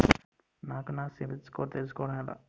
నాకు నా సిబిల్ స్కోర్ తెలుసుకోవడం ఎలా?